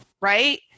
right